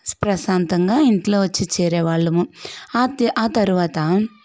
ప్రశాంతంగా ఇంట్లో వచ్చి చేరే వాళ్ళము ఆ తర్వాత